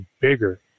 bigger